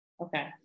Okay